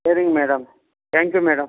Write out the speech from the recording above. சரிங் madam thank you madam